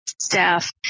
staff